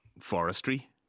forestry